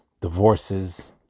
divorces